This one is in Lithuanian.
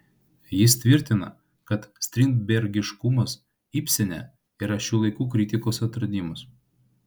jis tvirtina kad strindbergiškumas ibsene yra šių laikų kritikos atradimas